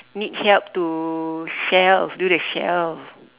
need help to shelve do the shelf